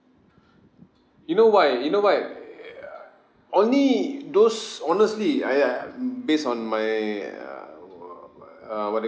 you know why you know why err only those honestly I I based on my err w~ w~ uh what do you